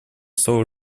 слово